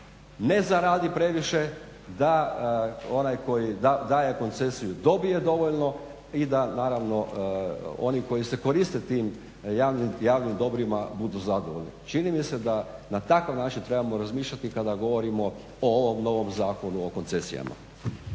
ne zaradi previše, da onaj koji daje koncesiju dobije dovoljno i da naravno oni koji se koriste tim javnim dobrima budu zadovoljni. Čini mi se da na takav način trebamo razmišljati kada govorimo o ovom novom Zakonu o koncesijama.